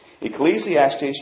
Ecclesiastes